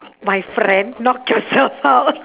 my friend knock yourself out